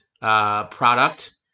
product